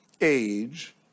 age